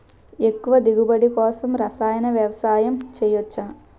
ఎక్కువ దిగుబడి కోసం రసాయన వ్యవసాయం చేయచ్చ?